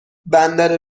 بندر